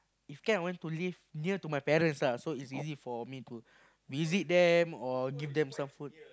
if can I want to live near to my parents lah so easily for me to visit them or give them some food